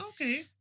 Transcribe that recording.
okay